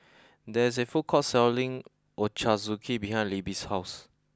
there is a food court selling Ochazuke behind Libbie's house